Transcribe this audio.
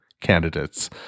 candidates